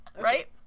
Right